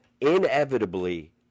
inevitably